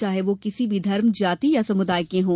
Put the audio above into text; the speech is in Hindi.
चाहे वह किसी भी धर्म जाति या समुदाय के हों